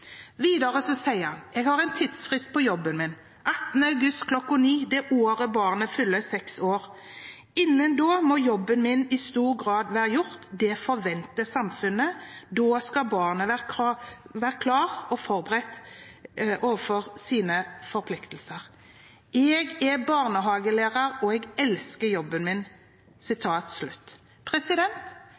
Videre sier han: «Jeg har en tidsfrist på jobben min: 18. august klokken 09:00, det året barnet fyller seks år. Innen da må jobben min i stor grad være gjort. Det forventer samfunnet. Da skal barnet være forberedt på krav og forpliktelser. Jeg er barnehagelærer, og jeg elsker jobben min.»